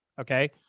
okay